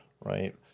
right